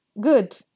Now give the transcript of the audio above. Good